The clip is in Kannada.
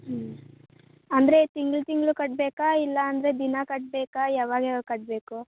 ಹ್ಞೂ ಅಂದರೆ ತಿಂಗ್ಳು ತಿಂಗ್ಳು ಕಟ್ಟಬೇಕಾ ಇಲ್ಲಾಂದರೆ ದಿನಾ ಕಟ್ಟಬೇಕಾ ಯಾವಾಗ ಯಾವಾಗ ಕಟ್ಟಬೇಕು